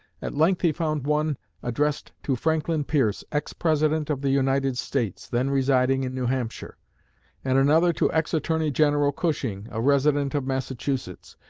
at length he found one addressed to franklin pierce, ex-president of the united states, then residing in new hampshire and another to ex-attorney-general cushing, a resident of massachusetts.